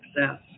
success